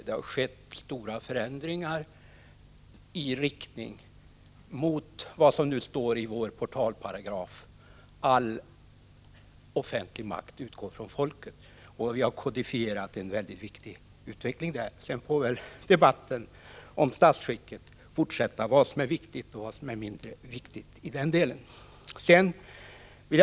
Det har skett stora förändringar i riktning mot vad som nu står i vår portalparagraf, dvs. att all offentlig makt utgår från folket. Vi har kodifierat en mycket viktig utveckling där. Sedan får debatten om statsskicket fortsätta när det gäller vad som är viktigt och mindre viktigt.